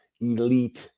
elite